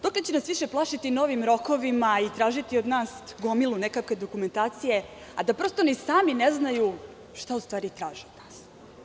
Dokle će nas više plašiti novim rokovima i tražiti od nas gomilu nekakve dokumentacije, a da ni sami ne znaju šta u stvari traže od nas?